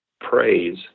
praise